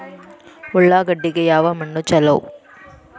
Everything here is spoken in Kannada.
ಉಳ್ಳಾಗಡ್ಡಿಗೆ ಯಾವ ಮಣ್ಣು ಛಲೋ?